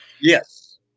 Yes